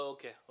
Okay